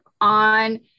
on